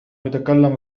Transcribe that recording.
يتكلم